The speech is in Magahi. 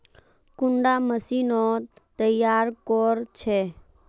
कुंडा मशीनोत तैयार कोर छै?